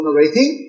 rating